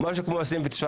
משהו כמו 29%?